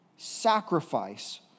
sacrifice